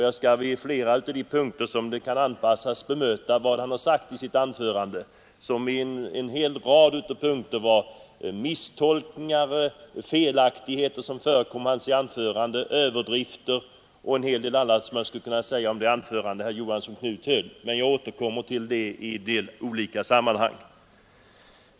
Jag skall på flera av de punkter han angav bemöta vad han sagt i sitt anförande, som innehöll en mängd av misstolkningar, felaktigheter, överdrifter och en hel del annat. Jag återkommer till detta i olika sammanhang.